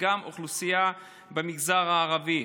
וגם האוכלוסייה במגזר הערבי.